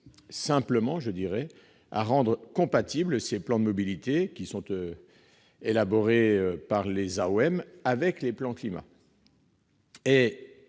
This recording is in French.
simplement à rendre compatibles ces plans de mobilité, qui sont élaborés par les AOM, avec les PCAET. Il est